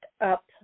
up